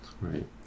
right